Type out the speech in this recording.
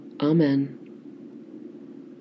Amen